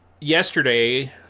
yesterday